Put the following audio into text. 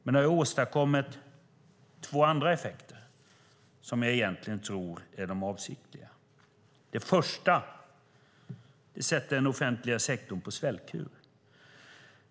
Man har åstadkommit två andra effekter som jag tror är de avsedda. Den första sätter den offentliga sektorn på svältkur.